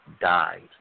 died